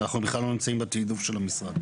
אנחנו בכלל לא נמצאים בתעדוף של המשרד.